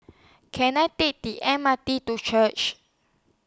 Can I Take The M R T to Church